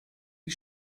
die